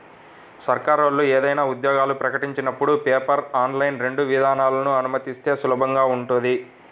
సర్కారోళ్ళు ఏదైనా ఉద్యోగాలు ప్రకటించినపుడు పేపర్, ఆన్లైన్ రెండు విధానాలనూ అనుమతిస్తే సులభంగా ఉంటది